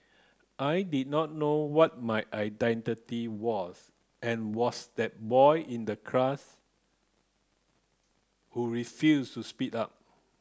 I did not know what my identity was and was that boy in the class who refused to speak up